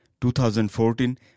2014